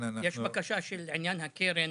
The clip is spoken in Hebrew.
יש בקשה של עניין הקרן